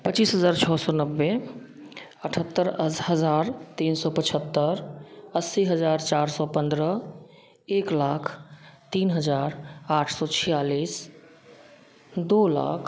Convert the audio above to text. पच्चीस हज़ार छः सौ नब्बे अठहत्तर हज़ार तीन सौ पचहत्तर अस्सी हज़ार चार सौ पंद्रह एक लाख तीन हज़ार आठ सौ छियालीस दो लाख